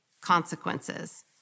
consequences